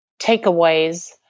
takeaways